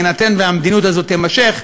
בהינתן שהמדיניות הזאת תימשך,